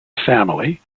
family